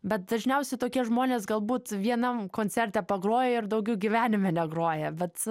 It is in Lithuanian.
bet dažniausiai tokie žmonės galbūt vienam koncerte pagroja ir daugiau gyvenime negroja bet